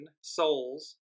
souls